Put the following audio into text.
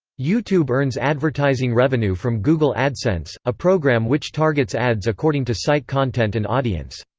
youtube earns advertising revenue from google adsense, a program which targets ads according to site content and audience.